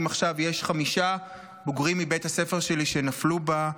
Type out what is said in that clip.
עכשיו יש חמישה בוגרים מבית הספר שלי שנפלו בה.